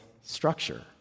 structure